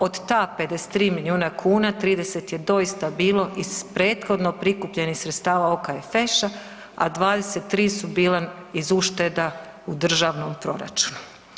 Od ta 53 milijuna kuna 30 je doista bilo iz prethodno prikupljenih sredstava OKFŠ-a, a 23 su bila iz ušteda u državnom proračunu.